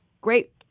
Great